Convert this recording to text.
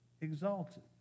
exalted